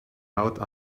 out